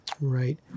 Right